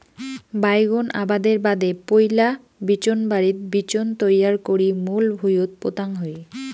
বাইগোন আবাদের বাদে পৈলা বিচোনবাড়িত বিচোন তৈয়ার করি মূল ভুঁইয়ত পোতাং হই